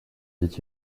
dit